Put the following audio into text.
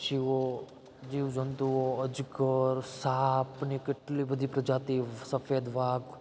પક્ષીઓ જીવજંતુઓ અજગર સાપને કેટલી બધી પ્રજાતિ સફેદ વાઘ